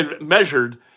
measured